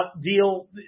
deal